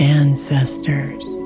ancestors